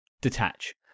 detach